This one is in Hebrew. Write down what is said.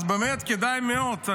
אז באמת כדאי מאוד,